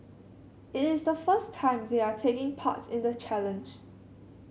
it is the first time they are taking part in the challenge